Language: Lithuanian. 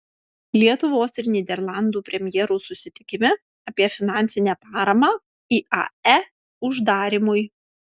lietuvos ir nyderlandų premjerų susitikime apie finansinę paramą iae uždarymui